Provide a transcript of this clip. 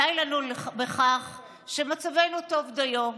די לנו בכך שמצבנו טוב דיו,